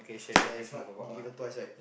ya if not deliver twice right